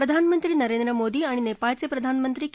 प्रधानमंत्री नरेंद्र मोदी आणि नेपाळचे प्रधानमंत्री के